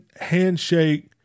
Handshake